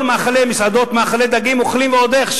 כל מאכלי דגים אוכלים ועוד איך,